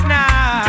now